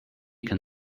can